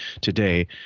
today